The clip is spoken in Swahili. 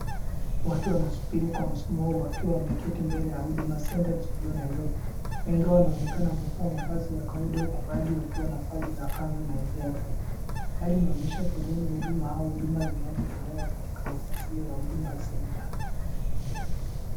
Watu wanasubiri kwa msimo wakiwa wameketi mbele ya Huduma Centre jijini Nairobi. Wengi wanaonekana wamevaa mavazi ya kawaida huku baadhi wakiwa na vazi la kanzu na hijabu. Hali inaonyesha huduma za kawaida, huduma zinazotolewa katika ofisi hii ya Huduma Centre .